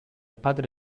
padre